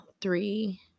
three